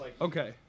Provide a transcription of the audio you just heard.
Okay